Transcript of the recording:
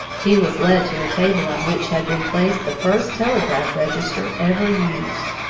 he was led to a table on which had been placed the first telegraph register ever used.